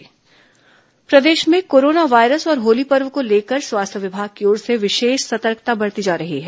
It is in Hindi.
कोरोना वायरस प्रदेश में कोरोना वायरस और होली पर्व को लेकर स्वास्थ्य विभाग की ओर विशेष सतर्कता बरती जा रही है